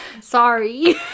Sorry